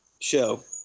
show